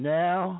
now